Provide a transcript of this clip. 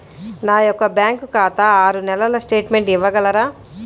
నా యొక్క బ్యాంకు ఖాతా ఆరు నెలల స్టేట్మెంట్ ఇవ్వగలరా?